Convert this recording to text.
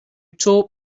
taught